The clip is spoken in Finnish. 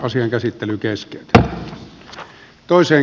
ensimmäinen varapuhemies pekka ravi